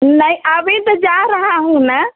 नहीं अभी तो जा रहा हूँ मैं